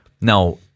Now